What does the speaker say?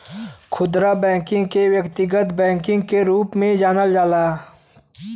खुदरा बैकिंग के व्यक्तिगत बैकिंग के रूप में जानल जाला